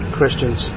Christians